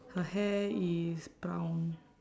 her hair is brown